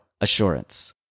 assurance